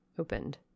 opened